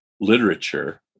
literature